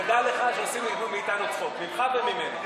תדע לך שעושים מאיתנו צחוק, ממך וממני.